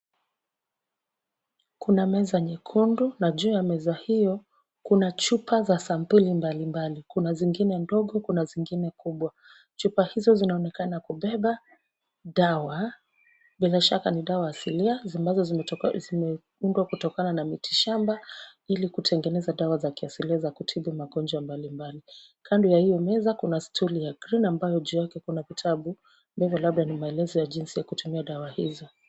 Kuna meza nyekundu na juu ya meza hiyo kuna chupa za sampuli mbalimbali. Kuna zingine ndogo kuna zingine kubwa. Chupa hizo zinaonekana kubeba dawa, bila shaka ni dawa asilia ambazo zimeunda kutokana na miti shamba ili kutengeneza dawa za kiasilia za kutibu magonjwa mbalimbali. Kando ya hiyo meza kuna stuli ya green ambayo juu yake kuna vitabu ambavyo labda ni maelezo ya jinsi ya kutumia dawa hizo.